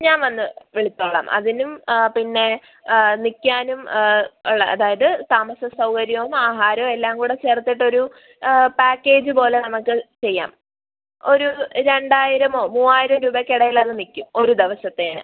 ഞാന് വന്ന് വിളിച്ചോളാം അതിനും പിന്നെ നിൽക്കാനും ഉള്ള അതായത് താമസ സൗകര്യവും ആഹാരവും എല്ലാം കൂടെ ചേർത്തിട്ടൊരു പാക്കേജ് പോലെ നമുക്ക് ചെയ്യാം ഒര് രണ്ടായിരമോ മൂവായിരം രൂപക്കിടയിലത് നിൽക്കും ഒര് ദിവസത്തേന്